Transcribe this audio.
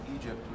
Egypt